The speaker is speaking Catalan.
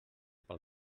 pel